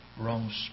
wrong